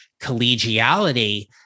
collegiality